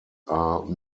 are